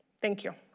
thank you.